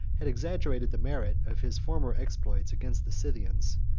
had exaggerated the merit of his former exploits against the scythians.